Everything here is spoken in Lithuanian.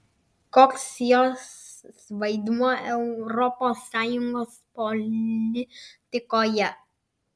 koks jos vaidmuo europos sąjungos politikoje